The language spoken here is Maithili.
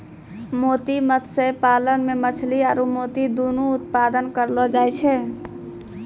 मोती मत्स्य पालन मे मछली आरु मोती दुनु उत्पादन करलो जाय छै